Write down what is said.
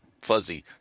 fuzzy